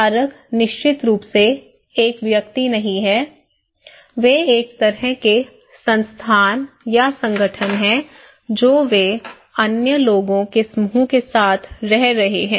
विचारक निश्चित रूप से एक व्यक्ति नहीं है वे एक तरह के संस्थान या संगठन हैं जो वे अन्य लोगों के समूह के साथ रह रहे हैं